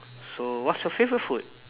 so what's your favourite food